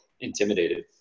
intimidated